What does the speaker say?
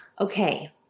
Okay